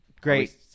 Great